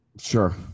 Sure